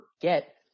forget